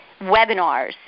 webinars